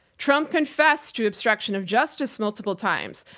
trump confessed to obstruction of justice multiple times.